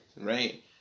right